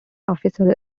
officer